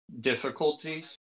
difficulties